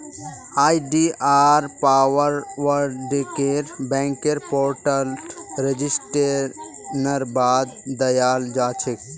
आई.डी.आर पासवर्डके बैंकेर पोर्टलत रेजिस्ट्रेशनेर बाद दयाल जा छेक